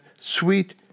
sweet